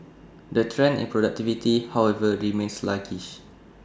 the trend in productivity however remains sluggish